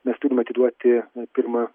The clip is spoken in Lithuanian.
mes turim atiduoti pirma